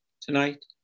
tonight